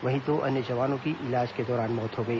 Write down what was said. वहीं दो अन्य जवानों की इलाज के दौरान मौत हो गई